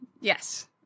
Yes